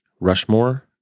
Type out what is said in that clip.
Rushmore